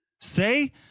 Say